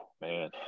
man